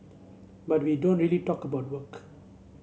but we don't really talk about work